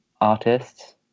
artists